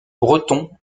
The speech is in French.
breton